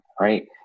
right